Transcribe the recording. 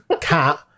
Cat